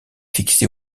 fixé